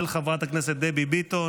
של חבר הכנסת אלי דלל,